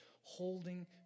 holding